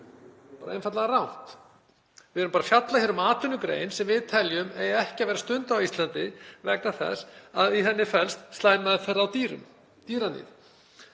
bara einfaldlega rangt. Við erum að fjalla hér um atvinnugrein sem við teljum að eigi ekki að vera stunduð á Íslandi vegna þess að í henni felst slæm meðferð á dýrum, dýraníð,